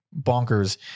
bonkers